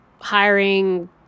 hiring